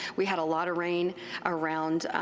we had a lot of rain around